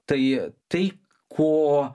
tai tai ko